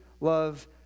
love